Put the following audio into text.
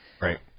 Right